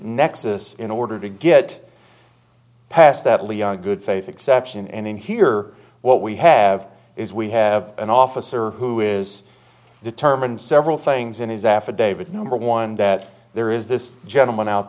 nexus in order to get passed that leon good faith exception and in here what we have is we have an officer who is determined several things in his affidavit number one that there is this gentleman out